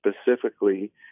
specifically